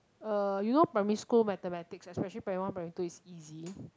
uh you know primary school mathematics especially primary one primary two is easy